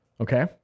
Okay